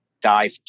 dive